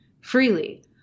freely